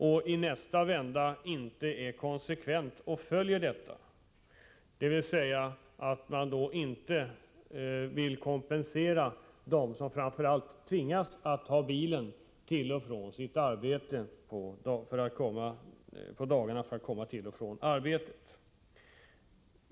Å andra sidan är ni inte konsekventa i ert handlande — dvs. ni är inte beredda att kompensera framför allt dem som tvingas ta bilen på dagarna för att komma till och från sitt arbete.